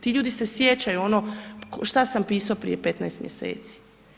Ti ljudi se sjećaju ono, što sam pisao prije 15 mjeseci.